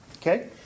Okay